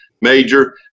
major